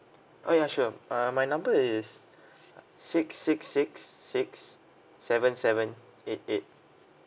oh ya sure uh my number is six six six six seven seven eight eight